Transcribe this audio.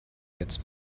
jetzt